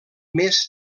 més